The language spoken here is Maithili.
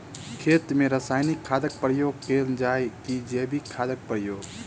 खेत मे रासायनिक खादक प्रयोग कैल जाय की जैविक खादक प्रयोग?